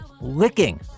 licking